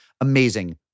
amazing